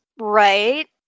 right